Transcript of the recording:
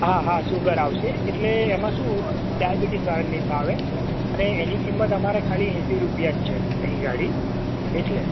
હા હા સુગર આવશે એટલે એમાં શું ડાયબીટીસવાળા નય ફાવે અને એની કિમત અમારે એંસી રૂપિયા જ છે અહી આગળી એટલે